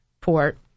port